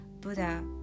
Buddha